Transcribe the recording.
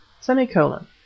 semicolon